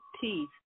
teeth